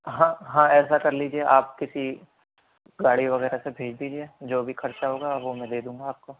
ہاں ہاں ایسا کر لیجیے آپ کسی گاڑی وغیرہ سے بھیج دیجیے جو بھی خرچہ ہوگا وہ میں دے دوں گا آپ کو